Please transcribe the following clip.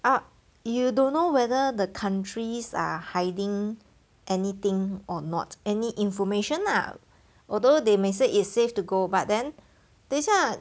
ah you don't know whether the countries are hiding anything or not any information lah although they may say it's safe to go but then 等一下